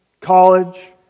college